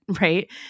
right